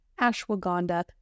ashwagandha